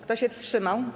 Kto się wstrzymał?